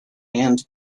and